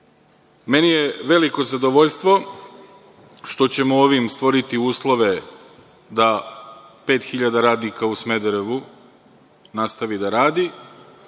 je veliko zadovoljstvo što ćemo ovim stvoriti uslove da 5.000 radnika u Smederevu nastavi da radi,